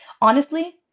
honestly-